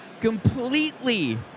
completely